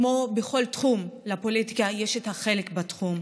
כמו בכל תחום, לפוליטיקה יש חלק בתחום.